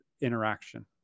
interaction